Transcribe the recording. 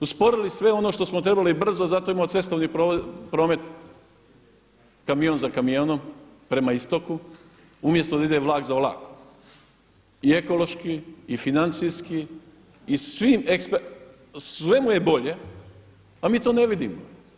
Usporili sve ono što smo trebali brzo, zato imamo cestovni promet kamion za kamionom prema istoku, umjesto da ide vlak za vlakom i ekološki i financijski i svemu je bolje a mi to ne vidimo.